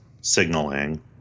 signaling